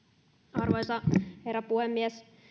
arvoisa herra puhemies